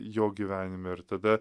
jo gyvenime ir tada